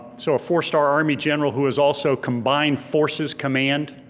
so a four star army general who has also combined forces, command,